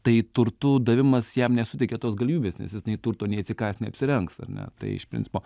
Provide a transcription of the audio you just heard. tai turtu davimas jam nesuteikia tos galimybės nes jis nei turto nei atsikąs nei apsirengs ar ne iš principo